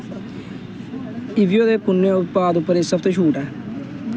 इवेओ दे कु'नें उत्पाद उप्पर इस हफ्तै छूट ऐ